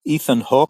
אית'ן הוק